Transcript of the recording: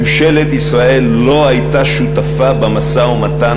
ממשלת ישראל לא הייתה שותפה במשא-ומתן